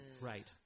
right